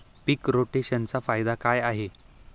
पीक रोटेशनचा फायदा काय आहे?